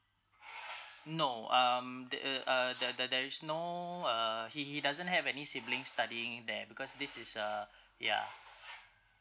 no um the uh uh the the there is no uh he he doesn't have any siblings studying there because this is uh ya